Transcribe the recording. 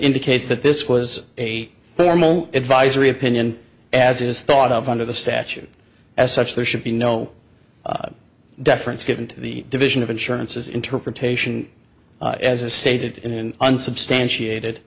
indicates that this was a formal advisory opinion as it is thought of under the statute as such there should be no deference given to the division of insurances interpretation as a stated in an unsubstantiated